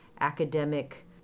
academic